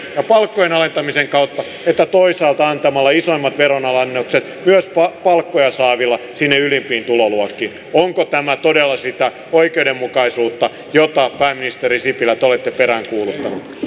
ja palkkojen alentamisen kautta että toisaalta antamalla isoimmat veronalennukset myös palkkoja saaville sinne ylimpiin tuloluokkiin onko tämä todella sitä oikeudenmukaisuutta jota te pääministeri sipilä olette peräänkuuluttanut